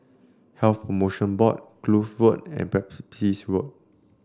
Health Promotion Board Kloof Road and Pepys Road